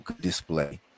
display